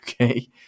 Okay